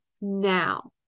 now